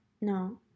No